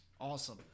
Awesome